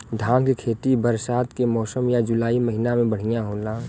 धान के खेती बरसात के मौसम या जुलाई महीना में बढ़ियां होला?